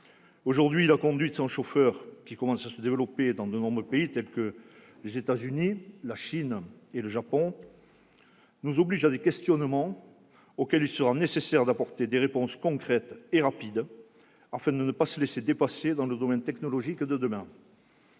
Aujourd'hui, la conduite sans chauffeur, qui commence à se développer dans des pays tels que les États-Unis, la Chine et le Japon, soulève des questions auxquelles il sera nécessaire d'apporter rapidement des réponses concrètes afin de ne pas se laisser dépasser dans le domaine des technologies de demain.